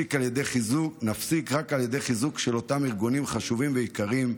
נפסיק רק על ידי חיזוק של אותם ארגונים חשובים ויקרים.